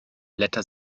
blätter